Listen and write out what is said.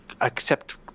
accept